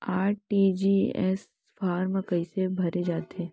RTGS form कइसे भरे जाथे?